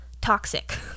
toxic